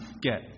get